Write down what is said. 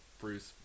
Bruce